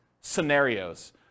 scenarios